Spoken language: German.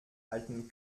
halten